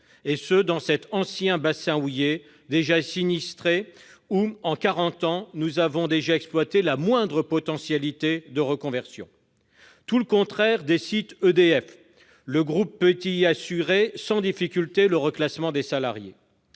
situe dans l'ancien bassin houiller lorrain, déjà sinistré et où, en quarante ans, nous avons déjà exploité la moindre potentialité de reconversion. Tout le contraire des sites d'EDF, puisque le groupe peut assurer sans difficulté le reclassement des salariés